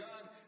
God